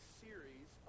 series